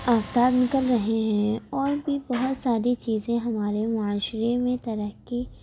کر رہے ہیں اور بھی بہت ساری چیزیں ہمارے معاشرے میں ترقی